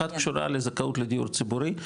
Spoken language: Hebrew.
אחת קשורה לזכאות לדיור ציבורי.